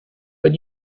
but